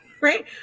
right